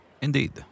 Indeed